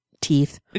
teeth